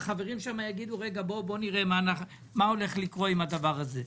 והחברים שם יגידו: בואו נראה מה הולך לקרות עם הדבר הזה.